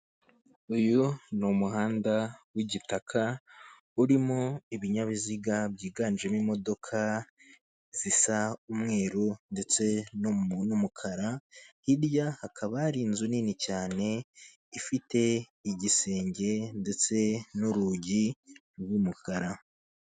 Uyu ni umuhanda w'igitaka, urimo ibinyabiziga byiganjemo imodoka zisa umweru ndetse n'umukara, hirya hakaba hari inzu nini cyane, ifite igisenge ndetse n'urugi rw'umukara.